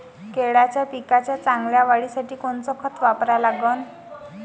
केळाच्या पिकाच्या चांगल्या वाढीसाठी कोनचं खत वापरा लागन?